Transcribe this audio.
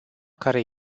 care